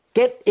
get